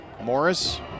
Morris